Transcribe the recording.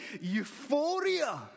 euphoria